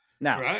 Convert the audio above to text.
Now